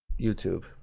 YouTube